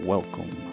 Welcome